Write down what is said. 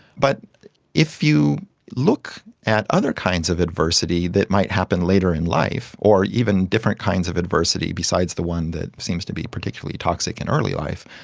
but if you look at other kinds of adversity that might happen later in life, or even different kinds of adversity besides the one that seems to be particularly toxic in early life,